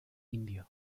indio